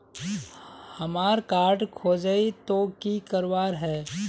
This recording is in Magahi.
हमार कार्ड खोजेई तो की करवार है?